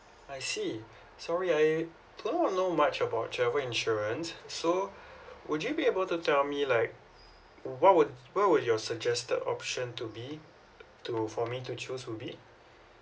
I see sorry I don't know much about travel insurance so would you be able to tell me like what would what would your suggested option to be to for me to choose to be